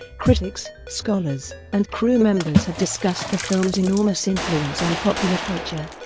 critics, scholars, and crew members have discussed the film's enormous influence on popular culture.